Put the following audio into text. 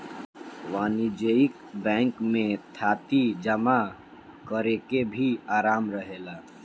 वाणिज्यिक बैंकिंग में थाती जमा करेके भी आराम रहेला